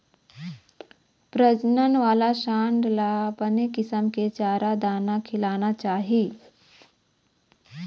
प्रजनन वाला सांड ल बने किसम के चारा, दाना खिलाना चाही